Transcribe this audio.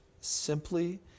simply